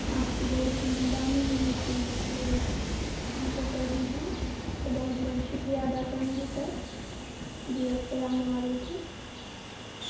آپ کی بہت مہربانی ہوگی کہ میرے اس کام کو کر دیجیے آپ کو بہت بہت شکریہ ادا کروں گی سر جی السلام علیکم